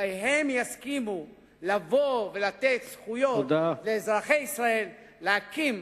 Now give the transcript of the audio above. ואולי הם יסכימו לבוא ולתת זכויות לאזרחי ישראל להקים,